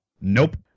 Nope